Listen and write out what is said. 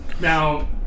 Now